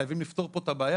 חייבים לפתור פה את הבעיה,